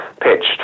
pitched